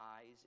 eyes